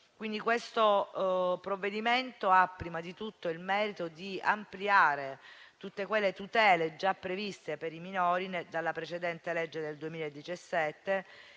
Questo provvedimento ha prima di tutto il merito di ampliare tutte quelle tutele già previste per i minori dalla precedente legge del 2017,